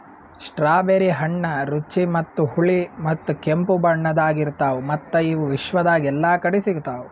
strawberry ಹಣ್ಣ ರುಚಿ ಮತ್ತ ಹುಳಿ ಮತ್ತ ಕೆಂಪು ಬಣ್ಣದಾಗ್ ಇರ್ತಾವ್ ಮತ್ತ ಇವು ವಿಶ್ವದಾಗ್ ಎಲ್ಲಾ ಕಡಿ ಸಿಗ್ತಾವ್